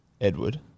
Edward